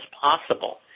possible